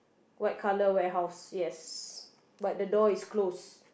white colour warehouse yes but the door is close